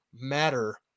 matter